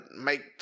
make